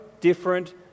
different